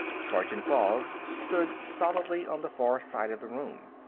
sergeant boggs stood stolidly on the far side of the room.